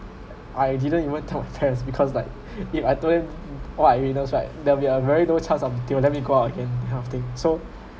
I didn't even told friends because like if I told them what I witnessed right there will be a very low chance of they will let me go out again that kind of thing so